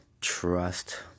trust